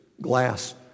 glass